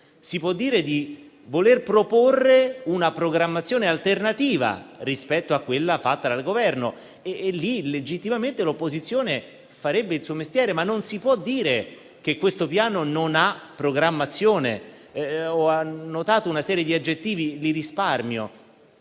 Si può dire di voler proporre una programmazione alternativa rispetto a quella fatta dal Governo, e lì legittimamente l'opposizione farebbe il suo mestiere. Non si può dire però che questo Piano non ha programmazione. Ho annotato una serie di aggettivi, ma li risparmio.